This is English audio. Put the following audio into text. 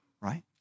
right